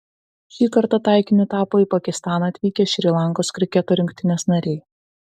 šį kartą taikiniu tapo į pakistaną atvykę šri lankos kriketo rinktinės nariai